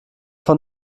von